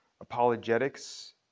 Apologetics